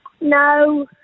No